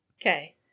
Okay